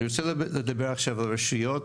אני רוצה לדבר עכשיו על רשויות,